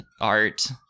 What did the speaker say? art